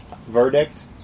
Verdict